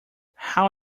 how